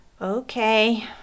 Okay